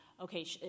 okay